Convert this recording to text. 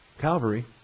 Calvary